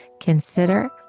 consider